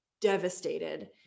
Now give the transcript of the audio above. devastated